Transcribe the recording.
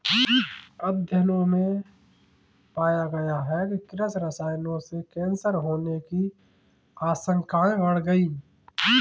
अध्ययनों में पाया गया है कि कृषि रसायनों से कैंसर होने की आशंकाएं बढ़ गई